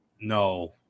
No